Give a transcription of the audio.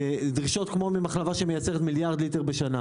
דרישות כמו ממחלבה שמייצרת מיליארד ליטר בשנה.